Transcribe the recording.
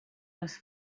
les